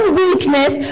weakness